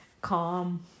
calm